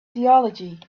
theology